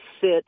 sit